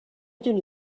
دونی